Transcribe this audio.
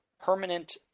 permanent